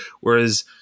Whereas